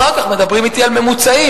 אחר כך מדברים אתי על ממוצעים.